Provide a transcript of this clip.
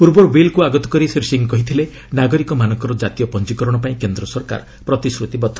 ପୂର୍ବରୁ ବିଲ୍କୁ ଆଗତ କରି ଶ୍ରୀ ସିଂହ କହିଥିଲେ ନାଗରିକମାନଙ୍କର ଜାତୀୟ ପଞ୍ଜିକରଣ ପାଇଁ କେନ୍ଦ୍ରସରକାର ପ୍ରତିଶ୍ରତିବଦ୍ଧ